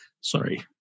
sorry